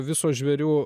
viso žvėrių